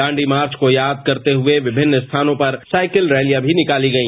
Dandi march को याद करते हुए विभिन्न स्थानों पर साईकिल रैलियां भी निकाली गई